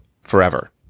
forever